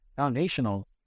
foundational